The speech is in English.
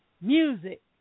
music